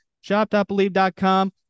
Shop.believe.com